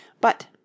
But—